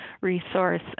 resource